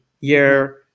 year